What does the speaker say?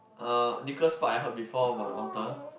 uh Nicholas-Sparks I heard before about the author